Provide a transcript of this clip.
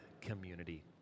community